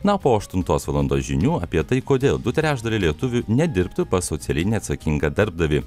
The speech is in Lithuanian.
na o po aštuntos valandos žinių apie tai kodėl du trečdaliai lietuvių nedirbtų pas socialiai neatsakingą darbdavį